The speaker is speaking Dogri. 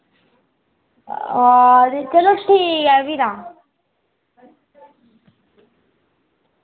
हां ते चलो ठीक ऐ फ्ही तां